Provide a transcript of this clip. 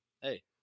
Hey